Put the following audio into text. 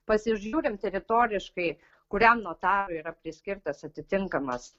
pasižiūrim teritoriškai kuriam notarui yra priskirtas atitinkamas